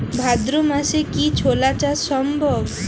ভাদ্র মাসে কি ছোলা চাষ সম্ভব?